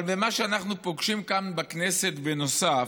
אבל במה שאנחנו פוגשים כאן בכנסת, בנוסף,